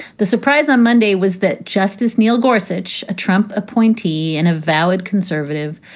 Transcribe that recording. the surprise on monday was that justice neil gorsuch, a trump appointee, an avowed conservative,